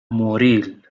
موريل